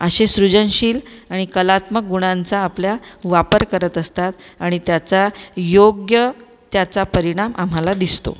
अशी सृजनशील आणि कलात्मक गुणांचा आपल्या वापर करत असतात आणि त्याचा योग्य त्याचा परिणाम आम्हाला दिसतो